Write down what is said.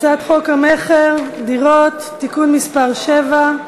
הצעת חוק המכר (דירות) (תיקון מס' 7),